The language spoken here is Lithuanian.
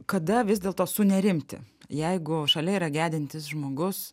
kada vis dėlto sunerimti jeigu šalia yra gedintis žmogus